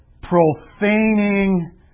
profaning